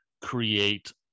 create